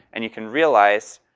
and you can realize,